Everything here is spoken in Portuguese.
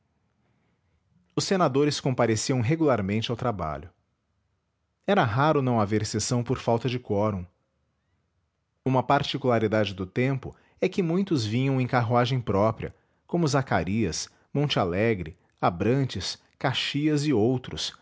os senadores compareciam regularmente ao trabalho era raro não haver sessão por falta de quorum uma particularidade do tempo é que muitos vinham em carruagem própria como zacarias monte alegre abrantes caxias e outros